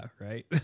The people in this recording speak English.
right